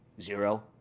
Zero